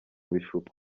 bishuko